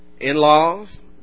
in-laws